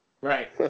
right